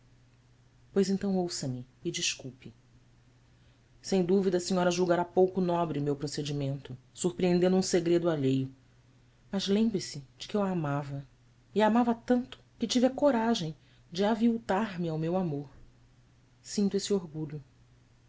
pois então ouça-me e desculpe sem dúvida a senhora julgará pouco nobre meu procedimento surpreendendo um segredo alheio mas lembre-se de que eu a amava e a amava tanto que tive a coragem de aviltar me ao meu amor sinto este orgulho